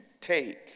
take